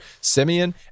Simeon